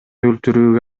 өлтүрүүгө